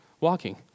walking